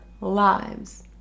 lives